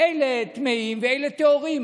אלה טמאים ואלה טהורים.